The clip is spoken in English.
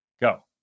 Go